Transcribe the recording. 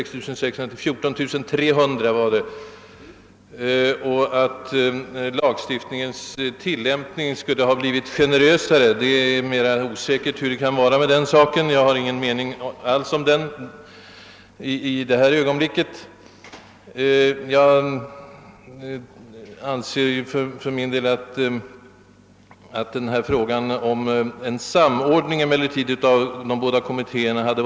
Att tilllämpningen av lagstiftningen skulle ha blivit generösare är väl tills vidare oklart. Själv har jag för ögonblicket och i detta sammanhang ingen mening om den saken. Jag anser emellertid att det hade va rit önskvärt med en direkt samordning av de båda här berörda kommittéernas arbete.